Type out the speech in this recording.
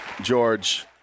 George